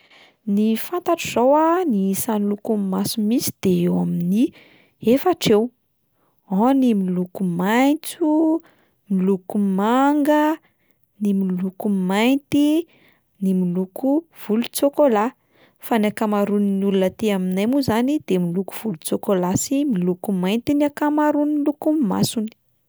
Ny fantatro izao a, ny isan'ny lokon'ny maso misy de eo amin'ny efatra eo, ao ny miloko maitso, miloko manga, ny miloko mainty, ny miloko volon-tsôkôla, fa ny ankamaroan'ny olona aty aminay moa izany de miloko volo-tsôkôla sy miloko mainty ny ankamaroan'ny lokon'ny masony.